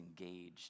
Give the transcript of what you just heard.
engaged